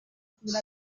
grandes